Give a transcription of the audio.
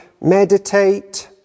meditate